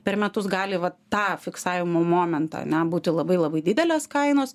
per metus gali va tą fiksavimo momentą ane būti labai labai didelės kainos